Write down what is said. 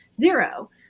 zero